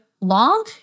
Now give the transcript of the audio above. long